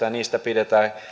ja niistä pidetään